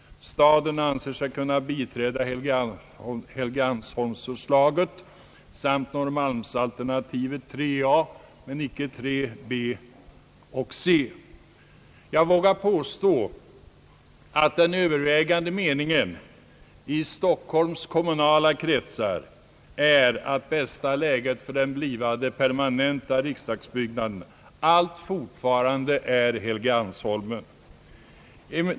Staden anser sig kunna biträda Helge Jag vågar påstå att den övervägande meningen i Stockholms kommunala kretsar är att bästa läget för den blivande permanenta riksdagsbyggnaden allt fortfarande är Helgeandsholmen.